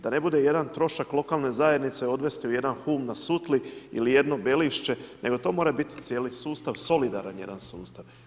Da ne bude jedan trošak lokalne zajednice odvesti u jedan Hum na Sutli ili jedno Belišće nego to mora biti jedan sustav solidaran jedan sustav.